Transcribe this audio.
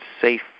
safe